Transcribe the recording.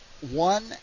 one